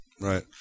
right